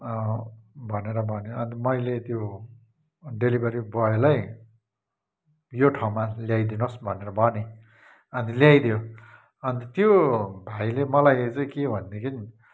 भनेर भन्यो अन्त मैले त्यो डेलिभरी बोयलाई यो ठाउँमा ल्याइदिनुस् भनेर भनेँ अनि ल्याइदियो अन्त त्यो भाइले मलाई चाहिँ के भनेदेखि